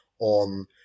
on